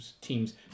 teams